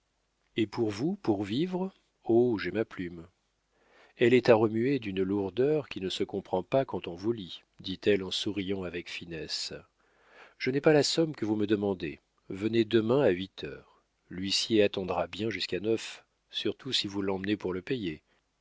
et pour vous pour vivre oh j'ai ma plume elle est à remuer d'une lourdeur qui ne se comprend pas quand on vous lit dit-elle en souriant avec finesse je n'ai pas la somme que vous me demandez venez demain à huit heures l'huissier attendra bien jusqu'à neuf surtout si vous l'emmenez pour le payer